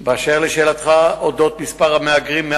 15% בפשיעה בקרב המהגרים בתל-אביב.